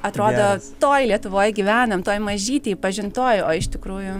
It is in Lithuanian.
atrodo toj lietuvoj gyvenam toj mažytėj pažintoj o iš tikrųjų